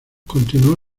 continuó